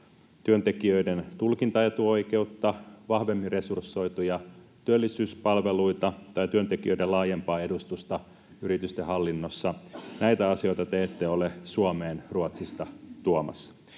työntekijöiden tulkintaetuoikeutta, vahvemmin resursoituja työllisyyspalveluita tai työntekijöiden laajempaa edustusta yritysten hallinnossa, näitä asioita te ette ole Suomeen Ruotsista tuomassa.